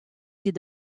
des